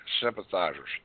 sympathizers